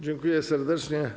Dziękuję serdecznie.